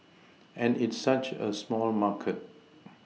and it's such a small market